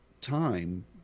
time